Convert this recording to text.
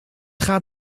gaat